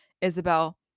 Isabel